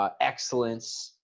excellence